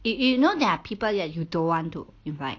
y~ you know there are people that you don't want to invite